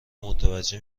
متوجه